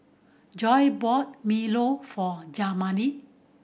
Joe bought milo for Jamari